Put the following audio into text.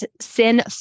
Sin